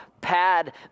pad